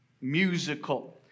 musical